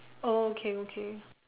oh okay okay